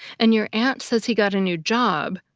and your aunt says he got a new job,